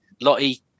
Lottie